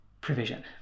provision